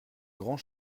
grand